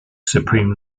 supreme